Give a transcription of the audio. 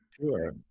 Sure